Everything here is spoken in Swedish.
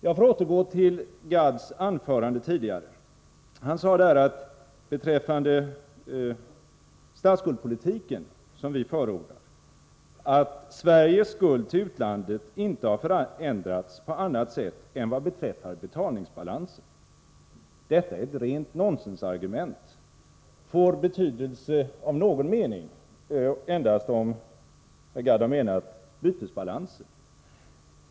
Jag återgår till Arne Gadds tidigare anförande. Han sade där beträffande den statsskuldpolitik som vi förordar, att Sveriges skuld till utlandet inte har förändrats på annat sätt än vad beträffar betalningsbalansen. Detta är ett rent nonsensargument, som får någon betydelse endast om herr Gadd har menat bytesbalansen.